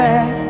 Back